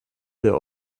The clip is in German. der